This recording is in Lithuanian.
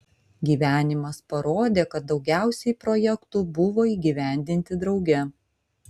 gyvenimas parodė kad daugiausiai projektų buvo įgyvendinti drauge